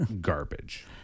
garbage